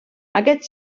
aquest